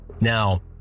Now